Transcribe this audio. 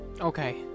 Okay